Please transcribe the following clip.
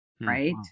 Right